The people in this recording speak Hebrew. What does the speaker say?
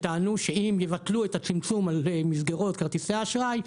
שטענו שאם יבטלו את הצמצום על-ידי מסגרות כרטיסי האשראי,